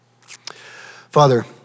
Father